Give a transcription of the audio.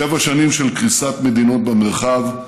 שבע שנים של קריסת מדינות במרחב,